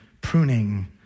pruning